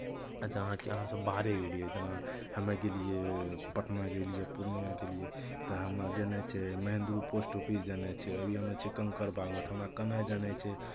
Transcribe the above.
अचानक अहाँसभ बाहरे गेलियै जेना हमे गेलियै पटना गेलियै पूर्णियाँ गेलियै तऽ हमरा जेनाइ छै महेन्द्रु पोस्ट ऑफिस जेनाइ छै आब एहिमे छै कंकड़बागमे तऽ हमरा केना जेनाइ छै